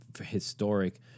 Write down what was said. historic